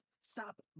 stop